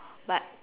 but